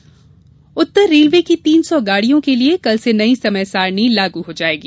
rail समय सारणी उत्तर रेलवे की तीन सौ गाड़ियों के लिए कल से नई समय सारणी लागू हो जायेगी